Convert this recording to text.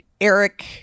Eric